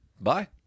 Bye